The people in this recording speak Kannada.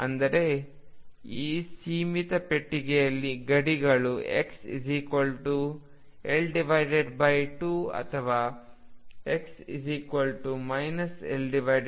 ಅಂದರೆ ಈ ಸೀಮಿತ ಪೆಟ್ಟಿಗೆಯಲ್ಲಿ ಗಡಿಗಳು xL2 ಅಥವಾ x L2 ನಲ್ಲಿವೆ